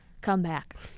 comeback